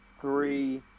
three